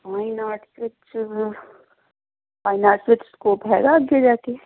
fine arts ਵਿੱਚ fine arts ਵਿੱਚ scope ਹੈਗਾ ਅੱਗੇ ਜਾ ਕੇ